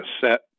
set